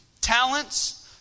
talents